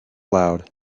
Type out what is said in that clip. loud